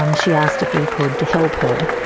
um she asked if we could help her.